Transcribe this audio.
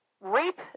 reap